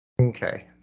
Okay